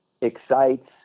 excites